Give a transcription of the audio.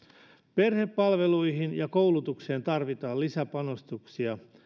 perhepalveluihin ja koulutukseen tarvitaan lisäpanostuksia